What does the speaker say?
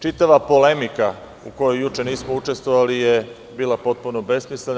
Čitava polemika u kojoj juče nismo učestvovali je bila potpuno besmislena.